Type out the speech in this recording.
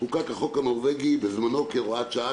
חוקק החוק הנורווגי כהוראת שעה,